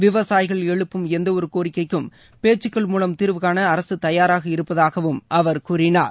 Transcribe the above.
விவசாயிகள் எழுப்பும் எந்தவொரு கோரிக்கைக்கும் பேச்சுக்கள் மூலம் தீர்வு காண அரசு தயாராக இருப்பதாகவும் அவர் கூறினார்